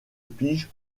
piges